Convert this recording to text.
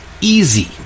easy